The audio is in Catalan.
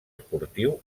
esportiu